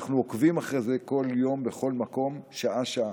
אנחנו עוקבים אחרי זה כל יום, בכל מקום, שעה-שעה.